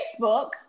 Facebook